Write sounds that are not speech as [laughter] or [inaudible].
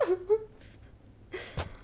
[laughs]